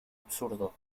absurdo